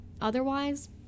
Otherwise